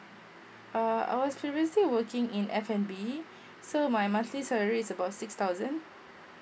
uh I was previously working in F_N_B so my monthly salary is about six thousand